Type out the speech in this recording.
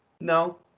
no